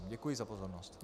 Děkuji za pozornost.